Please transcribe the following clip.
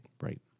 Right